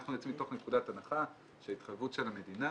אנחנו יוצאים מתוך נקודת הנחה שההתחייבות של המדינה